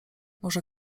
może